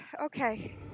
Okay